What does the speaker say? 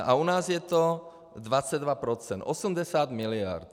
A u nás je to 22 %, 80 miliard.